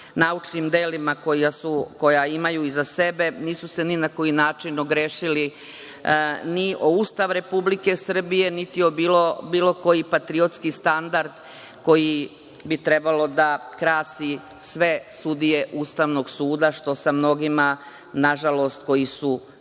naučnim delima koja imaju iza sebe. Nisu se ni na koji način ogrešili ni o Ustav Republike Srbije, niti o bilo koji patriotski standard koji bi trebalo da krasi sve sudije Ustavnog suda, što sa mnogima nažalost, koji će i dalje